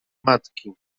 matki